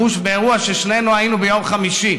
בוש באירוע ששנינו היינו בו ביום חמישי.